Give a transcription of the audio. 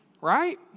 right